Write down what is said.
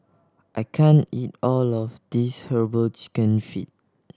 I can't eat all of this Herbal Chicken Feet